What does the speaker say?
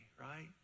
Right